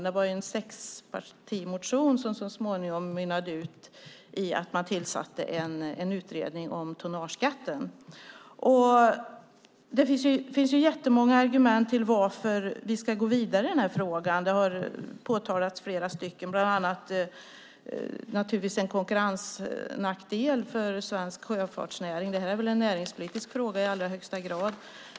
Det var en sexpartimotion, som så småningom mynnade ut i att man tillsatte en utredning om tonnageskatten. Det finns jättemånga argument för varför vi ska gå vidare med den här frågan. Flera har påtalats här, bland annat att svensk sjöfartsnäring nu har en konkurrensnackdel. Detta är en näringspolitisk fråga i allra högsta grad.